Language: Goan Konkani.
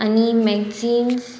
आनी मॅगझिन्स